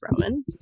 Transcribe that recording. Roman